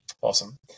Awesome